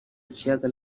ikiyaga